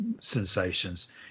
sensations